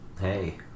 hey